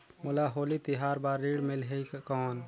मोला होली तिहार बार ऋण मिलही कौन?